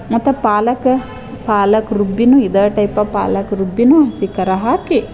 ಮತ್ತು ಪಾಲಕ್ ಪಾಲಕ್ ರುಬ್ಬಿನೂ ಇದೇ ಟೈಪ ಪಾಲಕ್ ರುಬ್ಬಿಯೂ ಹಸಿ ಖಾರ ಹಾಕಿ